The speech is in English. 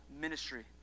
ministry